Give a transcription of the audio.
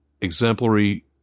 exemplary